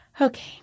okay